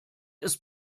ist